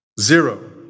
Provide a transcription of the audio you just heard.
Zero